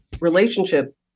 relationship